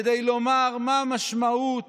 כדי לומר מה משמעות